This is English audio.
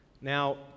Now